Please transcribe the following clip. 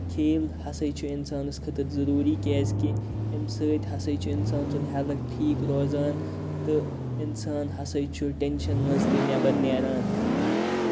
کھیل ہسا چھُ اِنسانَس خٲطرٕ ضروٗری کیازِ کہِ اَمہِ سۭتۍ ہسا چھُ اِنسان سُنٛد ہیٚلٕتھ ٹھیٖک روزان تہٕ اِنسان ہَسا چھُ ٹینشَن منٛز تہِ نٮ۪بر نیران